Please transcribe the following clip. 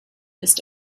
ist